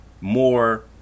more